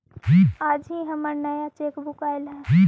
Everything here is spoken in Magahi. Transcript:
आज ही हमर नया चेकबुक आइल हई